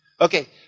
Okay